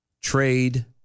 trade